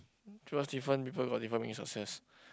cause different people got different meaning of success